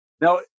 Now